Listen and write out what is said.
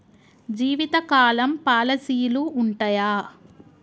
జీవితకాలం పాలసీలు ఉంటయా?